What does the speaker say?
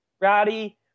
Rowdy